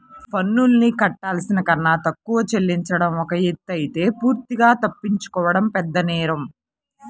పన్నుల్ని కట్టాల్సిన కన్నా తక్కువ చెల్లించడం ఒక ఎత్తయితే పూర్తిగా తప్పించుకోవడం పెద్దనేరం